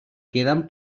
queden